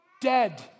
dead